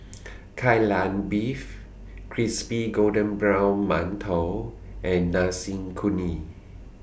Kai Lan Beef Crispy Golden Brown mantou and Nasi Kuning